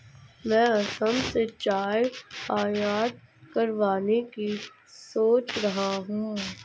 मैं असम से चाय आयात करवाने की सोच रहा हूं